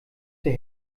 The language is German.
der